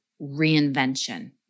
reinvention